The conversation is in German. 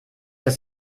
dass